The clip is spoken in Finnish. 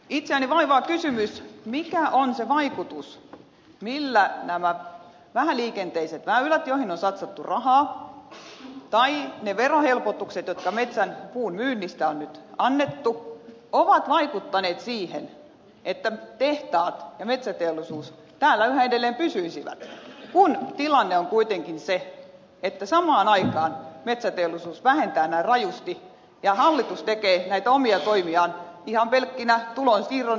itseäni vaivaa kysymys miten nämä vähäliikenteiset väylät joihin on satsattu rahaa tai ne verohelpotukset jotka metsän puunmyynnistä on nyt annettu ovat vaikuttaneet siihen että tehtaat ja metsäteollisuus täällä yhä edelleen pysyisivät kun tilanne on kuitenkin se että samaan aikaan metsäteollisuus vähentää näin rajusti ja hallitus tekee näitä omia toimiaan ihan pelkkinä tulonsiirron näköisinä toimenpiteinä